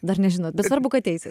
dar nežinot bet svarbu kad eisit